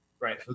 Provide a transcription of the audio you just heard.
right